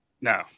No